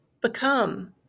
become